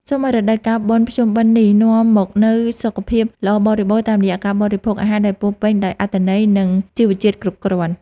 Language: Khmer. សូមឱ្យរដូវកាលបុណ្យភ្ជុំបិណ្ឌនេះនាំមកនូវសុខភាពល្អបរិបូរណ៍តាមរយៈការបរិភោគអាហារដែលពោរពេញដោយអត្ថន័យ និង ជីវជាតិគ្រប់គ្រាន់។